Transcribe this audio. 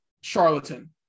charlatan